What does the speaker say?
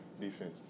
defense